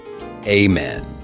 Amen